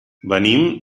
venim